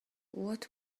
what